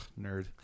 nerd